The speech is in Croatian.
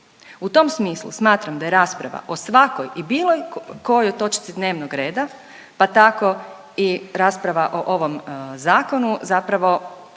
U tom smislu smatram da je rasprava o svakoj i bilo kojoj točci dnevnog reda pa tako rasprava o ovom zakonu zapravo